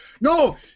No